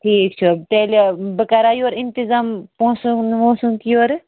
ٹھیٖک چھُ تیٚلہِ بہٕ کَرا یورٕ اِنتظام پونٛسَن ہُنٛد وونٛسَن یورٕ